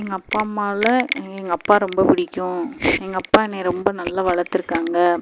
எங்கள் அப்பா அம்மால எங்கள் அப்பா ரொம்ப பிடிக்கும் எங்கள் அப்பா என்னை நல்லா வளர்த்துருக்காங்க